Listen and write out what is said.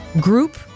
group